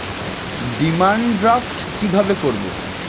Demand draft কীভাবে করব?